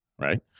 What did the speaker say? right